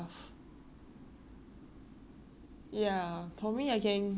ya for me I can wear white black red yellow blue